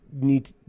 need